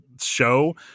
show